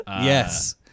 Yes